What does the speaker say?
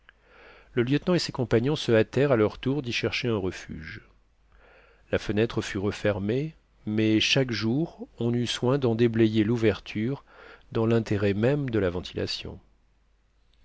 le lieutenant et ses compagnons se hâtèrent à leur tour d'y chercher un refuge la fenêtre fut refermée mais chaque jour on eut soin d'en déblayer l'ouverture dans l'intérêt même de la ventilation